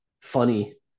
funny